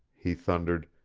he thundered,